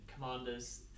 Commanders